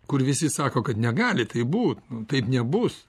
kur visi sako kad negali taip būt taip nebus